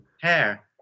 Hair